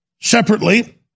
Separately